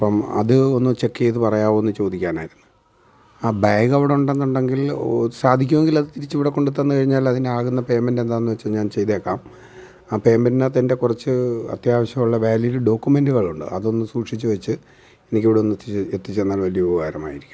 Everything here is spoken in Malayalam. അപ്പം അത് ഒന്ന് ചെക്ക് ചെയ്ത് പറയാമോ എന്ന് ചോദിക്കാനായിരുന്നു ആ ബാഗ് അവിടെ ഉണ്ടെന്നുണ്ടെങ്കിൽ സാധിക്കുമെങ്കിൽ അത് തിരിച്ച് ഇവിടെ കൊണ്ടുതന്നുകഴിഞ്ഞാൽ അതിനാകുന്ന പേയ്മെൻറ് എന്താണെന്ന് വെച്ചാൽ ഞാൻ ചെയ്തേക്കാം ആ പേയ്മെൻറിനകത്ത് എൻ്റെ കുറച്ച് അത്യാവശ്യമുള്ള വാലിഡ് ഡോക്യുമെൻറുകളുണ്ട് അതൊന്ന് സൂക്ഷിച്ച് വെച്ച് എനിക്കി ഇവിടെ ഒന്ന് എത്തിച്ച് എത്തിച്ച് തന്നാൽ വലിയ ഉപകാരമായിരിക്കും